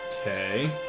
Okay